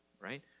right